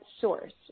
source